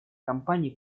компании